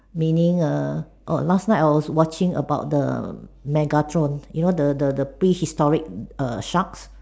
meaning err oh last night I was watching about the Megatron you know the the the place that storage a shark